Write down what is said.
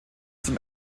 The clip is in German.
zum